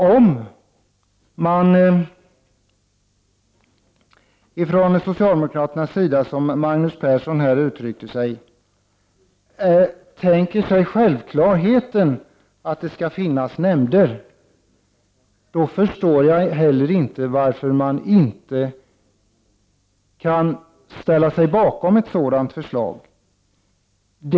Om socialdemokraterna, precis som Magnus Persson här sade, ser det som självklart att det skall finnas nämnder, då förstår jag inte varför socialdemokraterna inte kan ställa sig bakom vårt förslag om just detta.